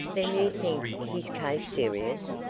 then you think his case serious?